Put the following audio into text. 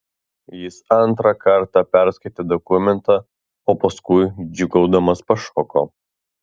jis antrą kartą perskaitė dokumentą o paskui džiūgaudamas pašoko